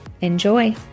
Enjoy